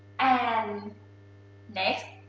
and next,